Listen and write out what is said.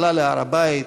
עלה להר-הבית,